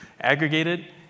aggregated